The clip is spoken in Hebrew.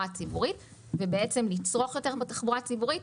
הציבורית ולצרוך יותר בתחבורה הציבורית,